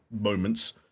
moments